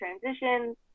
transitions